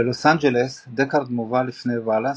בלוס אנג'לס דקארד מובא לפני וואלאס,